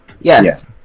Yes